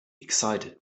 excited